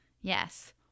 yes